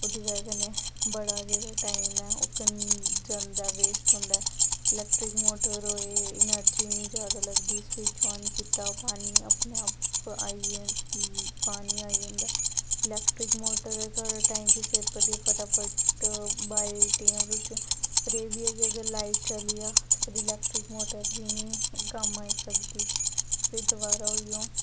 ओह्दी बजह् कन्नै बड़ा गै टाइम ऐ ओह् जंदा ऐ वेस्ट होंदा ऐ इलेक्ट्रिक मोटर होए एनर्जी निं जादा लगदी स्विच ऑन कीता पानी अपने आप आई पानी आई जंदा इलेक्ट्रिक मोटर होए टाइम बी सेव करदी फटाफट बाल्टियां भरोचदियां फिर एह् बी ऐ कि अगर लाइट चली जा फिर इलेक्ट्रिक मोटर बी निं कम्म आई सकदी फिर दोबारा ओही ओ